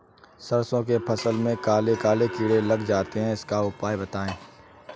सरसो की फसल में काले काले कीड़े लग जाते इसका उपाय बताएं?